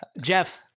Jeff